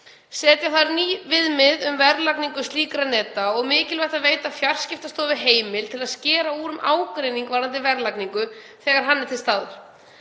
Setja þarf ný viðmið um verðlagningu slíkra neta og mikilvægt að veita Fjarskiptastofu heimild til að skera úr um ágreining varðandi verðlagningu, þegar hann er til staðar.